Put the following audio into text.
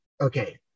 okay